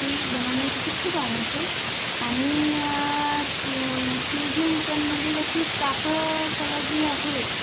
ती बनवण्यासाठी खूप आवडते आणि क्युझिन पण म्हणजे त्याची पाककला जी आहे ती